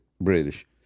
British